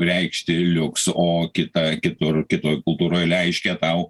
reikšti liuks o kitą kitur kitoj kultūroj reiškia tau